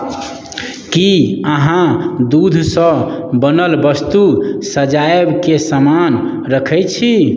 की अहाँ दूधसँ बनल वस्तु सजाबयके सामान रखैत छी